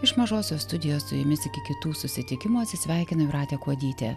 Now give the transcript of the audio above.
iš mažosios studijos su jumis iki kitų susitikimų atsisveikina jūratė kuodytė